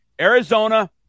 Arizona